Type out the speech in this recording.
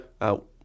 out